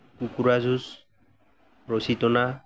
কুকুৰা যুঁজ ৰচী টনা